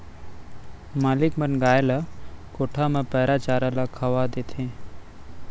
मालिक मन गाय ल कोठा म पैरा चारा ल खवा देथे